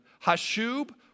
Hashub